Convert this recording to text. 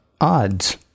odds